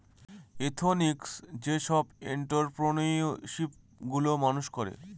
ethnic যেসব entrepreneurship গুলো মানুষ করে